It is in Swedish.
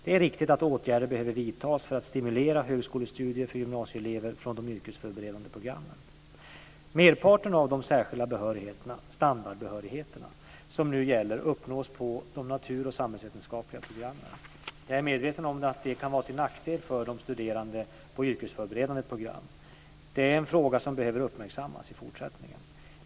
Det är riktigt att åtgärder behöver vidtas för att stimulera högskolestudier för gymnasieelever från de yrkesförberedande programmen. Merparten av de särskilda behörigheter, standardbehörigheter, som nu gäller uppnås på de natur och samhällsvetenskapliga programmen. Jag är medveten om att detta kan vara till nackdel för studerande på yrkesförberedande program. Detta är en fråga som behöver uppmärksammas i fortsättningen.